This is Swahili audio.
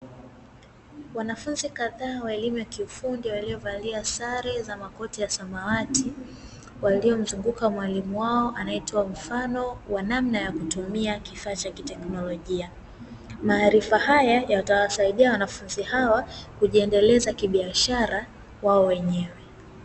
Wanafunzi kadhaa wa elimu ya kiufundi waliovalia sare za makoti ya samawati, waliomzunguka mwalimu wao anaetoa mfano wa namna ya kutumia kifaa cha kiteknolojia. Maarifa haya yatawasaidia wanafunzi hawa, kujiendeleza kibiashara wao wenyewe.